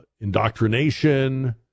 indoctrination